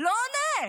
לא עונה,